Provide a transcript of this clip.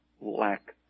lack